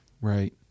Right